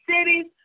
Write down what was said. cities